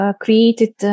created